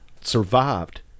survived